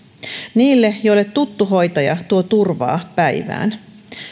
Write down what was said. niille joille tuttu hoitaja tuo turvaa päivään